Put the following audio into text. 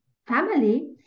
family